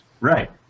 Right